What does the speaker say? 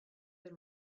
del